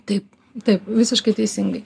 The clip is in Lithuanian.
taip taip visiškai teisingai